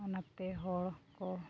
ᱚᱱᱟᱛᱮ ᱦᱚᱲ ᱠᱚ